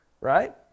right